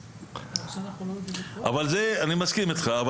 אני מסכים איתך,